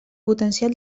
potencial